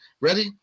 Ready